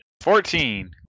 Fourteen